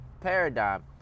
paradigm